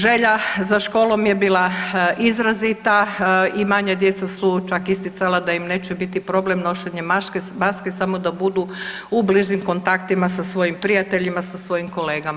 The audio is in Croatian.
Želja za školom je bila izrazita i manja djeca su čak isticala da im neće biti problem nošenje maske samo da budu u bližim kontaktima sa svojim prijateljima, sa svojim kolegama.